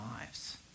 lives